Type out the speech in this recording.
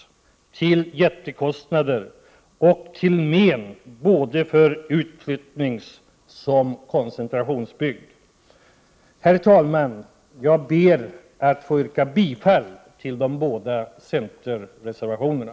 Detta medför enorma kostnader och men för såväl utflyttningssom koncentrationsbygd. Herr talman! Jag ber att få yrka bifall till de båda centerreservationerna.